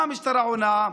מה המשטרה עונה?